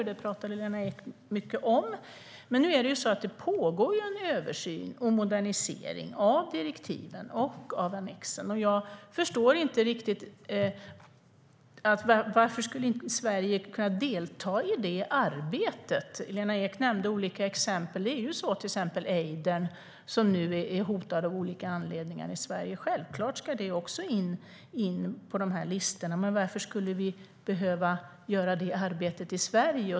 Det pratade Lena Ek mycket om. Men det pågår ju en översyn och modernisering av direktiven och annexen. Jag förstår inte riktigt varför Sverige inte skulle kunna delta i det arbetet. Lena Ek nämnde olika exempel. Till exempel är ejdern av olika anledningar hotad i Sverige. Självklart ska det in i de här listorna. Men varför skulle vi behöva göra det arbetet i Sverige?